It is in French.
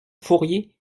fourier